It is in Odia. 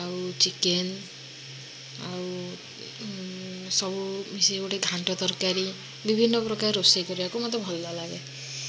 ଆଉ ଚିକେନ୍ ଆଉ ସବୁ ମିଶେଇକି ଗୋଟେ ଘାଣ୍ଟ ତରକାରୀ ବିଭିନ୍ନ ପ୍ରକାରର ରୋଷେଇ କରିବାକୁ ମୋତେ ଭଲ ଲାଗେ